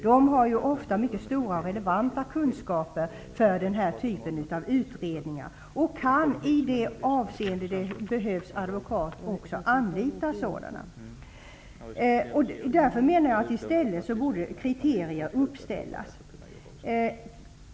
De har ju ofta mycket stora relevanta kunskaper för denna typ av utredningar och kan om det behövs advokat anlita en sådan. Därför anser jag att kriterier i stället borde uppställas.